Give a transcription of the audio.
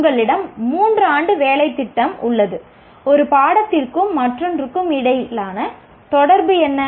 உங்களிடம் 3 ஆண்டு வேலைத்திட்டம் உள்ளது ஒரு பாடத்திற்கும் மற்றொன்றுக்கும் இடையிலான தொடர்பு என்ன